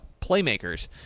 playmakers